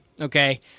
okay